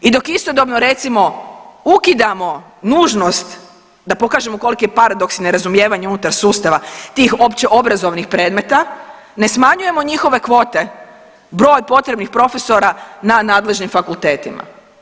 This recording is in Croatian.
I dok istodobno, recimo, ukidamo nužnost da pokažemo koliki je paradoks i nerazumijevanje unutar sustava tih općeobrazovnih predmeta, ne smanjujemo njihove kvote, broj potrebnih profesora na nadležnim fakultetima.